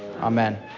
Amen